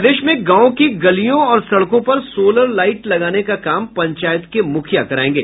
प्रदेश में गांव की गलियों और सड़कों पर सोलर लाईट लगाने का काम पंचायत के मुखिया करायेंगे